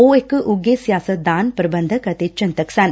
ਉਹ ਇਕ ਉੱਘੇ ਸਿਆਸਤਦਾਨ ਪ੍ਰੰਧਕ ਅਤੇ ਚਿਤਕ ਸਨ